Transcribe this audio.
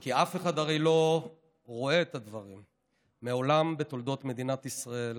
כי אף אחד הרי לא רואה את הדברים: מעולם בתולדות מדינת ישראל